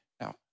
Now